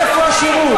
איפה השירות?